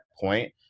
point